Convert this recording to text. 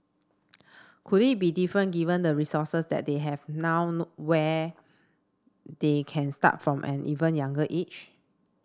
could it be different given the resources that they have now where they can start from an even younger age